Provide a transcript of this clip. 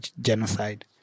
genocide